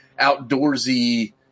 outdoorsy